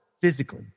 physically